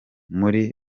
muri